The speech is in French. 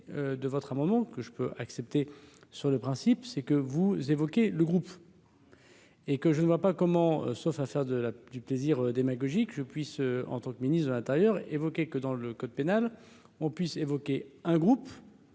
de votre un moment que je peux accepter sur le principe, c'est que vous évoquez le groupe. Et que je ne vois pas comment, sauf à faire de la du plaisir démagogique je puisse, en tant que ministre de l'Intérieur évoquait que dans le code pénal, on puisse évoquer un groupe